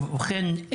ובכן,